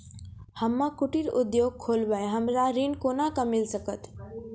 हम्मे कुटीर उद्योग खोलबै हमरा ऋण कोना के मिल सकत?